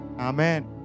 Amen